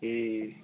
ए